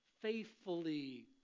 faithfully